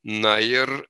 na ir